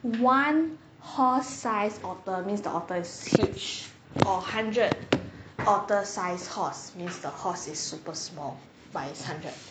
one horse sized otter means the otter is huge or hundred otter sized horse means the horse super small but is hundred